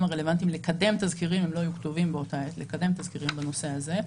הרלוונטיים לקדם תזכירים בנושא הזה.